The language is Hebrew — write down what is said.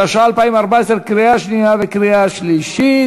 14), התשע"ה 2014, לקריאה שנייה וקריאה שלישית.